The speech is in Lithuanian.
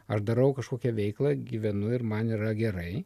ar darau kažkokią veiklą gyvenu ir man yra gerai